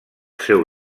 seu